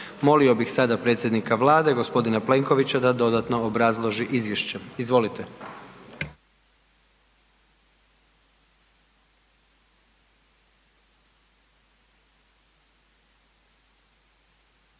Molio bih sada predsjednika Vlade g. Plenkovića da dodatno obrazloži izvješće. Izvolite.